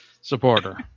supporter